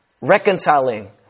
reconciling